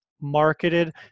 marketed